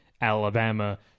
Alabama